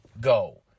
go